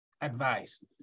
advice